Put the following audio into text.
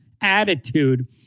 attitude